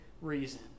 reason